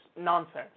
nonsense